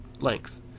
length